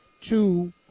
two